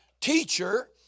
Teacher